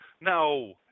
no